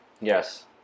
Yes